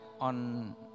on